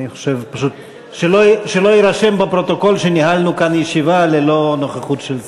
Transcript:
שלא יירשם בפרוטוקול שניהלנו כאן ישיבה ללא נוכחות של שרים.